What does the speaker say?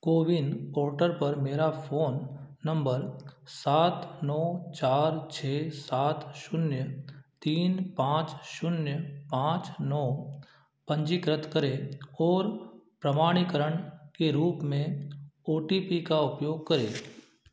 CoWIN portal पर मेरा phone number सात नौ चार छ सात शून्य तीन पाँच शून्य पाँच नौ पंजीकृत करें और प्रमाणीकरण के रूप में ओ टी पी का उपयोग करें